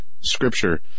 scripture